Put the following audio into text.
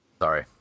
Sorry